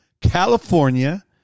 California